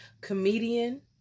comedian